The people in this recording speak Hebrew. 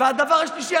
והדבר השלישי,